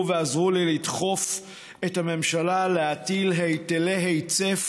ועזרו לי לדחוף את הממשלה להטיל היטלי היצף